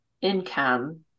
income